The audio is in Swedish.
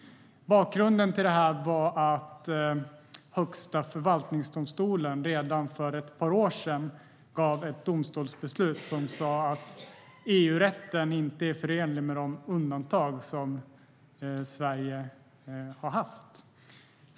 Bakgrunden var att Högsta förvaltningsdomstolen redan för ett par år sedan meddelade ett beslut som sa att EU-rätten inte är förenlig med de undantag som Sverige har haft.